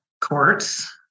courts